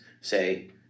say